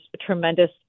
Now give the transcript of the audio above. tremendous